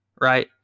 right